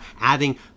adding